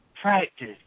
Practice